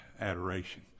adoration